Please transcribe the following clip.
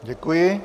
Děkuji.